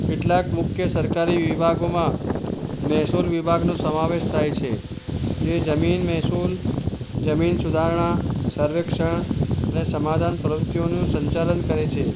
કેટલાક મુખ્ય સરકારી વિભાગોમાં મહેસૂલ વિભાગનો સમાવેશ થાય છે જો એ જમીન મહેસૂલ જમીન સુધારણા સર્વેક્ષણ ને સમાધાન પ્રવૃત્તિઓનું સંચાલન કરે છે